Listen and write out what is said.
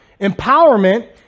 Empowerment